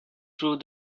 through